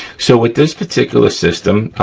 so with this particular system,